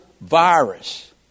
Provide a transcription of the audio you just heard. virus